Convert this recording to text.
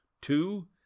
Two